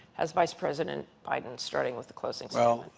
has vice president biden starting with a closing well,